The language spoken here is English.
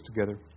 together